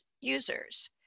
users